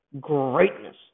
greatness